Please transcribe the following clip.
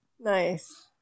Nice